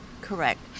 Correct